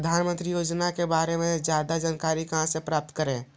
प्रधानमंत्री योजना के बारे में जादा जानकारी कहा से प्राप्त करे?